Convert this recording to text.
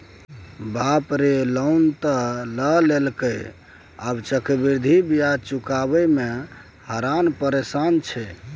बाप रे लोन त लए लेलकै आब चक्रवृद्धि ब्याज चुकाबय मे हरान परेशान छै